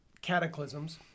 cataclysms